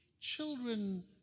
Children